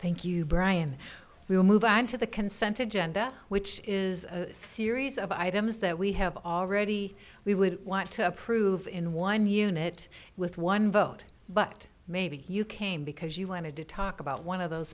thank you brian we will move on to the consented genda which is a series of items that we have already we would want to approve in one unit with one vote but maybe you came because you wanted to talk about one of those